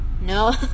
no